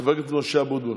חבר הכנסת משה אבוטבול,